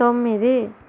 తొమ్మిది